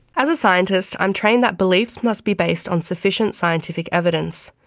as a scientist, i am trained that beliefs must be based on sufficient scientific evidence.